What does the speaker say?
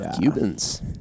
Cubans